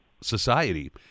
society